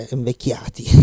invecchiati